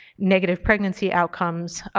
negative pregnancy outcomes.